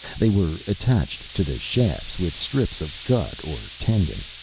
they were attached to the shafts with strips of gut or tendon.